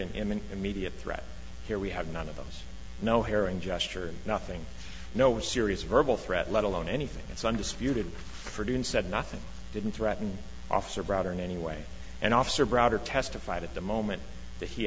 an immediate threat here we have none of those no herring gesture nothing no serious verbal threat let alone anything it's undisputed for doing said nothing didn't threaten officer brother in any way and officer browder testified at the moment that he